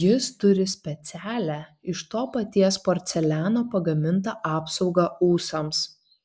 jis turi specialią iš to paties porceliano pagamintą apsaugą ūsams